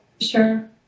sure